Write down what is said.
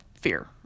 fear